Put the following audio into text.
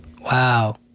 Wow